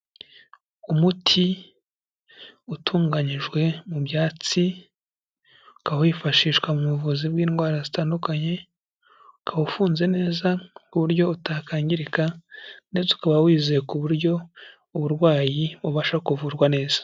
Umuti utunganyijwe mu byatsi, ukaba wifashishwa mu buvuzi bw'indwara zitandukanye, ukaba ufunze neza ku buryo utakangirika ndetse ukaba wizewe ku buryo uburwayi bubasha kuvurwa neza.